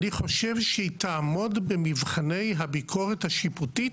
אני חושב שהיא תעמוד במבחני הביקורת השיפוטית